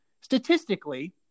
Statistically